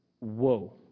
whoa